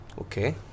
Okay